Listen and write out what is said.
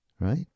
Right